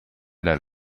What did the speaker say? dal